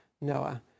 Noah